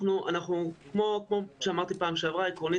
כפי שאמרתי בישיבה הקודמת,